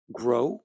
grow